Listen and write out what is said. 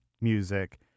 music